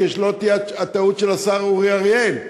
כדי שלא תהיה הטעות של השר אורי אריאל,